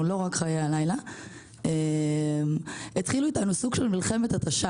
וחצי-שנתיים התחילו איתנו סוג של מלחמת התשה